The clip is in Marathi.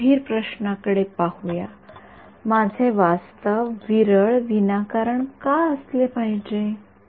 तर जर तुम्ही मला ई दिले आणि जर तुम्ही मला दिले तर एक्स मी चा अंदाज बांधू शकतो आणि तो मी येथे घेऊ आणि येथे ठेवू शकतो मी ते करू शकतो